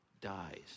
dies